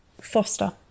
Foster